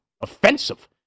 offensive